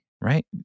right